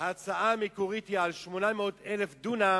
ההצעה המקורית היא על 800,000 דונם,